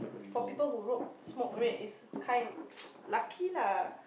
for people who rode smoke red is kind lucky lah